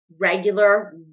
regular